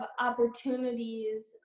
opportunities